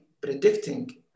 predicting